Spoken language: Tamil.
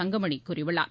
தங்கமணி கூறியுள்ளார்